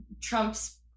trump's